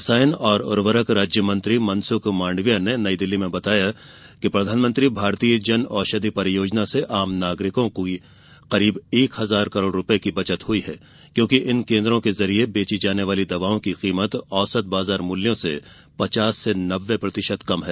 रसायन और उर्वरक राज्य मंत्री मनसुख मांडविया ने नई दिल्ली में बताया कि प्रधानमंत्री भारतीय जन औषधि परियोजना से आम नागरिकों की करीब एक हजार करोड़ रूपये की बचत हई है क्योंकि इन कोन्द्रों के जरिये बेची जाने वाली दवाओं की कीमत औसत बाजार मुल्यों से पचास से नब्बे प्रतिशत कम है